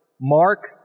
Mark